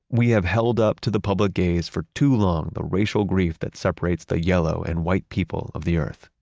we have held up to the public gaze for too long the racial grief that separates the yellow and white people of the earth.